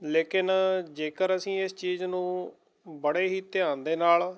ਲੇਕਿਨ ਜੇਕਰ ਅਸੀਂ ਇਸ ਚੀਜ਼ ਨੂੰ ਬੜੇ ਹੀ ਧਿਆਨ ਦੇ ਨਾਲ਼